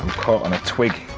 caught on a twig.